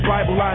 Bible